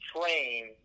train